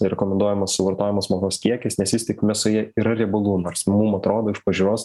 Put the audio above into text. rekomenduojamas suvartojamas mėsos kiekis nes vis tik mėsoje yra riebalų nors mum atrodo iš pažiūros